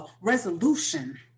resolution